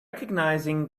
recognizing